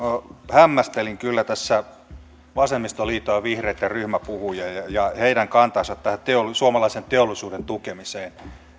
hämmästelin kyllä tässä vasemmistoliiton ja vihreitten ryhmäpuhujia ja ja heidän kantaansa tähän suomalaisen teollisuuden tukemiseen